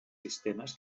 sistemes